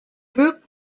group